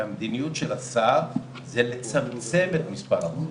והמדיניות של השר זה לצמצם את מספר הענפים.